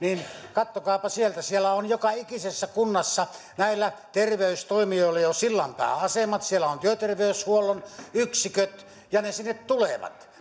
katsokaapa niitä siellä on joka ikisessä kunnassa näillä terveystoimijoilla jo sillanpääasemat siellä on työterveyshuollon yksiköt ja ne sinne tulevat